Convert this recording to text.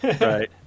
right